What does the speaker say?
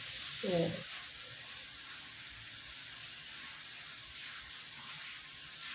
yes